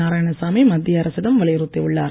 நாராயணசாமி மத்திய அரசிடம் வலியுறுத்தி உள்ளார்